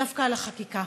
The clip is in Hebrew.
דווקא על החקיקה.